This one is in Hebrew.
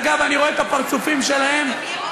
אורן, זה מה שהם יעשו